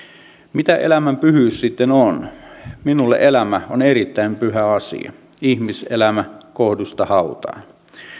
mitä elämän pyhyys sitten on minulle elämä on erittäin pyhä asia ihmiselämä kohdusta hautaan